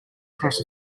across